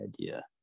idea